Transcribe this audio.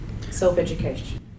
Self-education